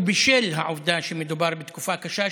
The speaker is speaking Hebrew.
ובשל העובדה שמדובר בתקופה קשה,